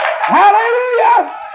Hallelujah